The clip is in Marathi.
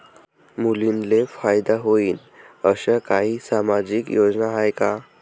मुलींले फायदा होईन अशा काही सामाजिक योजना हाय का?